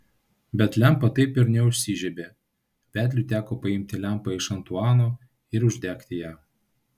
bet lempa taip ir neužsižiebė vedliui teko paimti lempą iš antuano ir uždegti ją